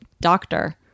Doctor